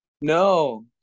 No